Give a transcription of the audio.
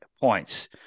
points